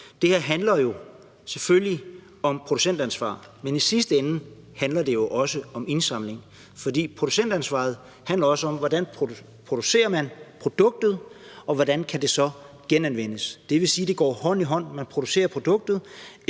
at det her selvfølgelig handler om producentansvar, men at det i sidste ende også handler om indsamling. For producentansvaret handler også om, hvordan man producerer produkter, og hvordan det så kan genanvendes. Det vil sige, at tingene går hånd i hånd. Man producerer produktet,